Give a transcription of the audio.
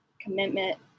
commitment